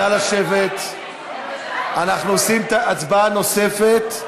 אנחנו נבצע הצבעה נוספת.